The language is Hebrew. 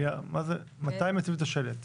מתי מציבים את השלט,